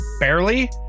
barely